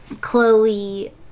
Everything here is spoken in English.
Chloe